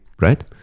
right